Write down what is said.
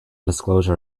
disclosure